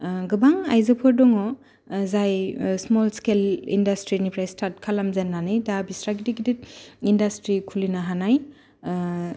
गोबां आयजोफोर दङ जाय स्मल स्किल इण्डास्ट्रिनिफ्राय स्टार्ट खालामजेन्नानै दा बिसोर गिदिर गिदिर इण्डास्ट्रि खुलिनो हानाय